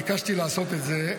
ביקשתי לעשות את זה,